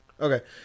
okay